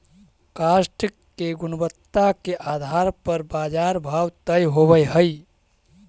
काष्ठ के गुणवत्ता के आधार पर बाजार भाव तय होवऽ हई